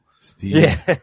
Steve